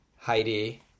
Heidi